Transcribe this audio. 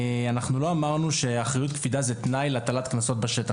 אנחנו לא אמרנו שאחריות קפידה זה תנאי להטלת קנסות בשטח,